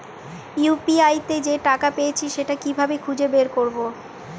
UPI তে যে টাকা পেয়েছি সেটা কিভাবে খুঁজে বের করবো?